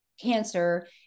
cancer